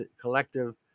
collective